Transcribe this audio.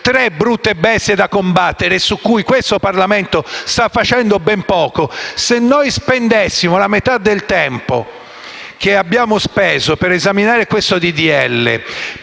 tre brutte bestie da combattere e su cui questo Parlamento sta facendo ben poco. Se spendessimo la metà del tempo che abbiamo speso per esaminare questo